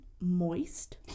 moist